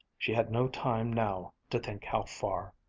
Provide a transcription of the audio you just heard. she had no time now to think how far.